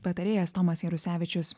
patarėjas tomas jarusevičius